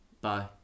Bye